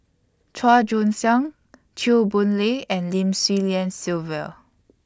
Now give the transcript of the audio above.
Chua Joon Siang Chew Boon Lay and Lim Swee Lian Sylvia